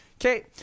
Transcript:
okay